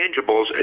Intangibles